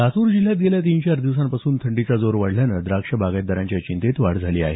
लातूर जिल्ह्यात गेल्या तीन चार दिवसांपासून थंडीचा जोर वाढल्यानं द्राक्ष बागायतदारांच्या चिंतेत वाढ झाली आहे